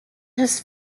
his